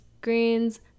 greens